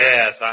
Yes